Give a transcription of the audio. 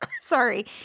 sorry –